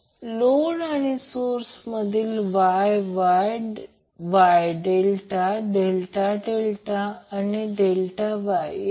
ज्याला आपण फेज म्हणतो म्हणजे ते फेज मग्निट्यूड आहे